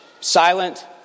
Silent